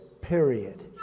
period